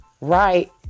Right